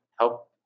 help